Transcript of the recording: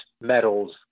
metals